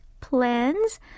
plans